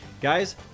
Guys